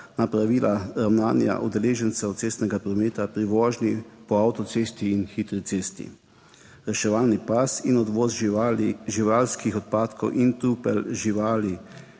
na pravila ravnanja udeležencev cestnega prometa pri vožnji po avtocesti in hitri cesti, reševalni pas in odvoz živali, živalskih odpadkov in trupel živali.